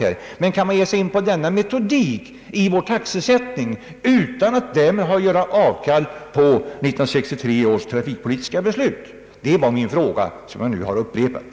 Men frågan är om man kan ge sig in på denna metodik i vår taxesättning utan att därmed göra avkall på 1963 års trafikpolitiska beslut. Så löd min fråga, som jag nu har upprepat.